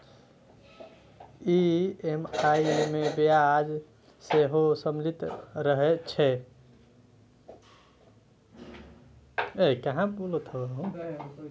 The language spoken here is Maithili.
ई.एम.आई मे ब्याज सेहो सम्मिलित रहै छै